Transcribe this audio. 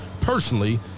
personally